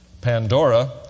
Pandora